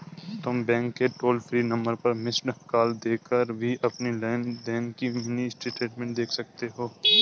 तुम बैंक के toll free number पर मिस्ड कॉल देकर भी अपनी लेन देन की मिनी स्टेटमेंट देख सकती हो